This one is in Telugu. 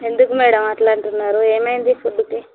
ఎందుకు మేడం అలా అంటున్నారు ఏమైంది ఫుడ్డుకి